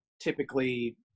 typically